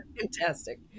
Fantastic